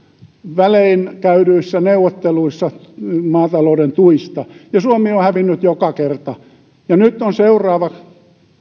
välein käydyissä neuvotteluissa maatalouden tuista ja suomi on hävinnyt joka kerta ja nyt on seuraavat